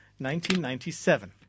1997